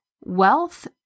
Wealth